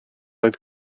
oedd